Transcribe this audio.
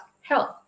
health